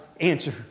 answer